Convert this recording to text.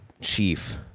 chief